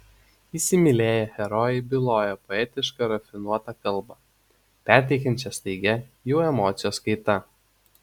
įsimylėję herojai byloja poetiška rafinuota kalba perteikiančia staigią jų emocijų kaitą